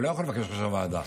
הוא לא יכול לבקש עכשיו ועדה.